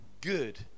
good